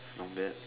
not bad